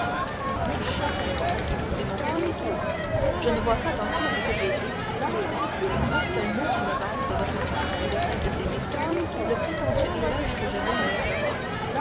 mon cher vicomte dit monte cristo je ne vois pas dans tout ce que j'ai dit ou fait un seul mot qui me vaille de votre part et de celle de ces messieurs le prétendu éloge que je viens de recevoir